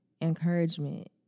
encouragement